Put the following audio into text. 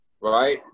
right